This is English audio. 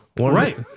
Right